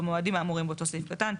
במועדים האמורים באותו סעיף קטן,